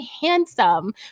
handsome